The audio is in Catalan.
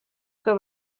que